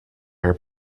her